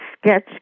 sketch